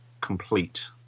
complete